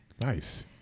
Nice